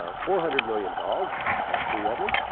ah four hundred million dogs, i have three of them.